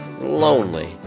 Lonely